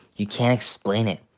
you can't explain it.